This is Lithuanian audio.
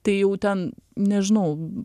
tai jau ten nežinau